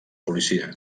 policia